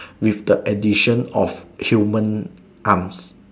with the edition of human arms